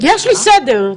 קודם כל,